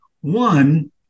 One